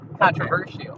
controversial